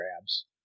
grabs